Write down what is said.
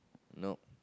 nope